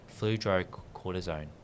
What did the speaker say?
Fludrocortisone